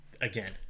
Again